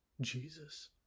Jesus